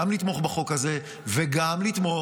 גם לתמוך בחוק הזה וגם לתמוך,